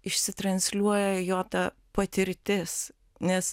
išsitransliuoja jo ta patirtis nes